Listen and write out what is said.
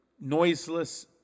noiseless